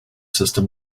system